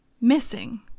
missing